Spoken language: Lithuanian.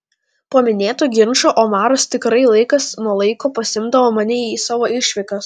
po minėto ginčo omaras tikrai laikas nuo laiko pasiimdavo mane į savo išvykas